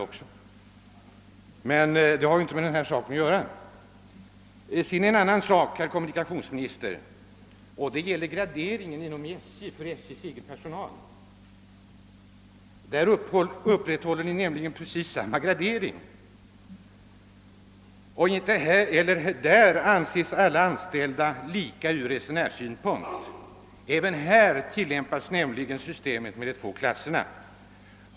Detta har emellertid som sagt inte med min fråga att göra. En annan sak i sammanhanget, herr kommunikationsminister, är graderingen för SJ:s egen personal. För den personalen upprätthålles precis samma gradering. De anställda anses inte likvärdiga som resenärer, utan i det fallet tilllämpas också systemet med två klasser.